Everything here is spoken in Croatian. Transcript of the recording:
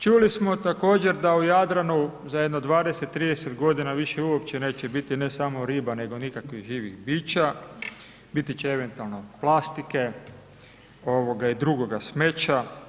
Čuli smo također da u Jadranu za jedno 20, 30 godina više uopće neće biti ne samo riba, nego nikakvih živih bića, biti će eventualno plastike, ovoga i drugoga smeća.